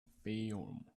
fayoum